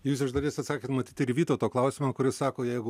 jūs iš dalies atsakėt matyt ir vytauto klausimą kuris sako jeigu